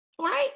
Right